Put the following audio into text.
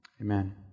Amen